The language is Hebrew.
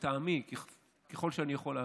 לטעמי, ככל שאני יכול להבין,